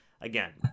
again